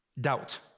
Doubt